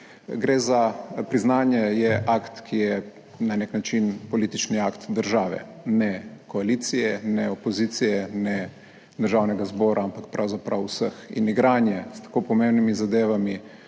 »Priznanje je akt, ki je na nek način politični akt države, ne koalicije, ne opozicije, ne Državnega zbora, ampak pravzaprav vseh.« In igranje s tako pomembnimi zadevami,